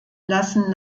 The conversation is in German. lassen